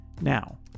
Now